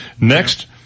Next